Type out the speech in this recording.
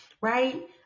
right